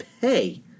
pay